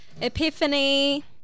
Epiphany